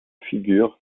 figures